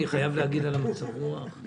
אנחנו